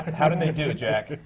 how did they do, jack?